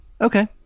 okay